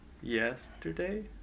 yesterday